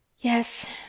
Yes